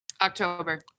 October